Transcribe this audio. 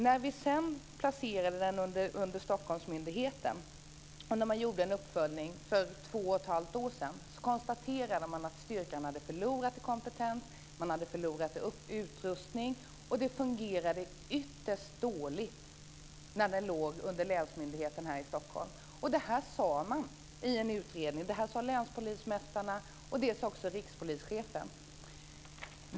När vi sedan placerade den under Stockholmsmyndigheten och man gjorde en uppföljning för två och ett halvt år sedan konstaterade man att styrkan hade förlorat i kompetens. Man hade förlorat i utrustning. Det fungerade ytterst dåligt när det låg under länsmyndigheten här i Stockholm. Det här sade man i en utredning. Det sade länspolismästarna, och det sade också rikspolischefen.